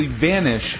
vanish